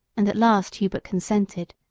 and at last hubert consented,